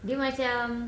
dia macam